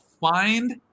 find